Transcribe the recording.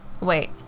Wait